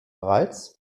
bereits